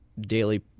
daily